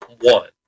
One